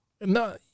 No